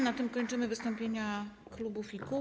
Na tym kończymy wystąpienia klubów i kół.